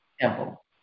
temple